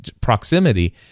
proximity